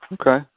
Okay